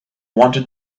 wanted